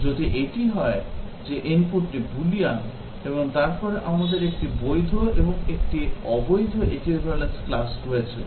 যদি এটি হয় যে ইনপুটটি বুলিয়ান এবং তারপরে আমাদের 1 টি বৈধ এবং 1 অবৈধ equivalence class রয়েছে